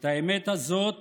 את האמת הזאת